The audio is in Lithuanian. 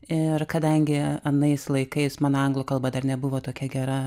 ir kadangi anais laikais mano anglų kalba dar nebuvo tokia gera